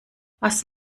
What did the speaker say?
was